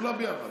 כולם ביחד.